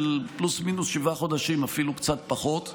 פלוס-מינוס שבעה חודשים ואפילו קצת פחות.